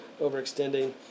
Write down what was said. overextending